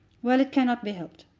well, it cannot be helped.